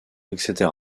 etc